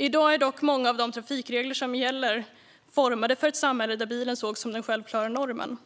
I dag är dock många av de trafikregler som gäller formade för ett samhälle där bilen sågs som den självklara normen.